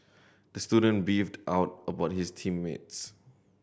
the student beefed out about his team mates